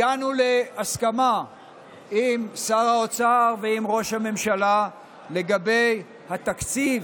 הגענו להסכמה עם שר האוצר ועם ראש הממשלה לגבי התקציב